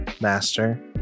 master